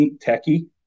techy